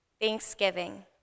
thanksgiving